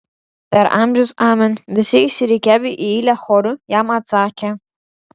per amžius amen visi išsirikiavę į eilę choru jam atsakė